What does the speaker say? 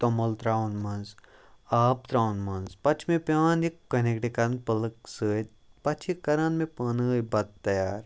توٚمُل ترٛاوان منٛز آب ترٛاوان منٛز پَتہٕ چھُ مےٚ پیٚوان یہِ کۄنیٚکٹہٕ کَرُن پٕلگ سۭتۍ پَتہٕ چھِ کَران مےٚ پانٔے بَتہٕ تیار